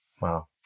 Wow